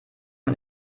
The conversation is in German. man